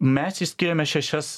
mes išskyrėme šešias